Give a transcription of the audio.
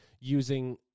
using